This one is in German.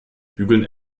bügeln